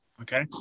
Okay